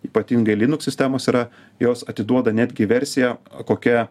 ypatingai linuks sistemos yra jos atiduoda netgi versiją kokia